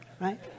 right